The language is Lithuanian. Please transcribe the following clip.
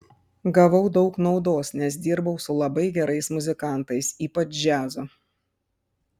gavau daug naudos nes dirbau su labai gerais muzikantais ypač džiazo